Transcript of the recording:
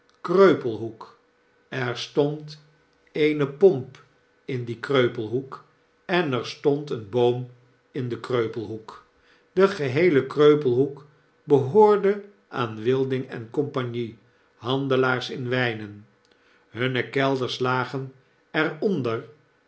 kreupelhoek er stond eene pomp in dien kreupelhoek en er stond een boom in den kreupelhoek de geheele kreupelhoek behoorde aan wilding en compagnie handelaars in wijnen hunne kelders lagen